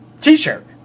t-shirt